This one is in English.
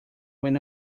when